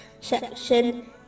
section